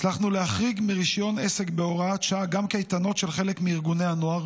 הצלחנו להחריג מרישיון עסק בהוראת שעה גם קייטנות של חלק מארגוני הנוער,